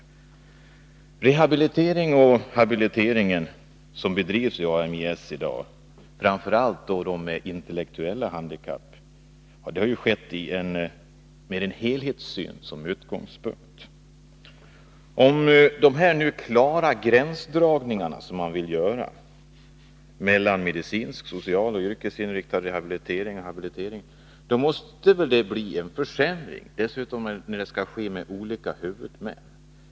Den rehabilitering och habilitering som bedrivs inom Ami-S i dag, framför allt när det gäller dem som har intellektuella handikapp, har ju genomförts med en helhetssyn som utgångspunkt. Med de klara gränsdragningar som man vill göra mellan medicinsk, social och yrkesinriktad rehabilitering och habilitering måste det väl bli en försämring, särskilt som det skall vara olika huvudmän.